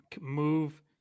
move